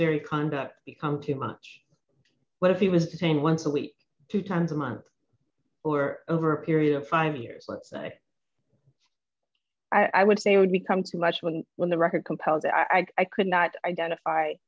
very conduct become too much what he was saying once a week two times a month or over a period of five years let's say i would say would become too much when when the record compelled that i could not identify